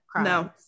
no